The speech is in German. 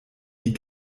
die